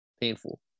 Painful